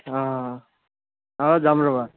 অঁ অঁ যাম ৰ'বা